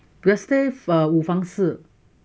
sav~ err 五房房式